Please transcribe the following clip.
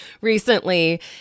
recently